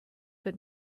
but